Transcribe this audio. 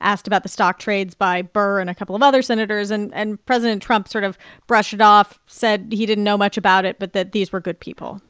asked about the stock trades by burr and a couple of other senators. and and president trump sort of brushed it off, said he didn't know much about it but that these were good people